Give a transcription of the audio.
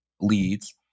leads